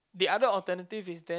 the alternative is then